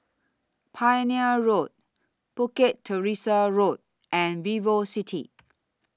Pioneer Road Bukit Teresa Road and Vivocity